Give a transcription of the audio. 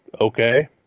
Okay